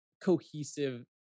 cohesive